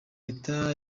reta